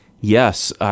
yes